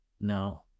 No